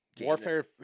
Warfare